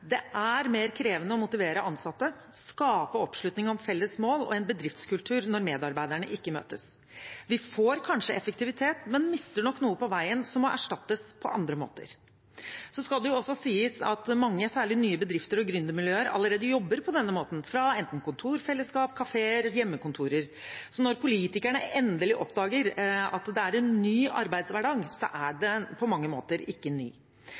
Det er mer krevende å motivere ansatte, skape oppslutning om felles mål og en bedriftskultur, når medarbeiderne ikke møtes. De får kanskje effektivitet, men mister nok noe på veien som må erstattes på andre måter. Så skal det også sies at mange, særlig nye bedrifter og gründermiljøer, allerede jobber på denne måten, fra enten kontorfellesskap, kafeer eller hjemmekontorer. Så når politikerne endelig oppdager at det er en ny arbeidshverdag, er den på mange måter ikke ny.